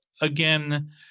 again